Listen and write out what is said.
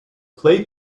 play